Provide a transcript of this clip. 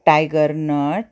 tiger nut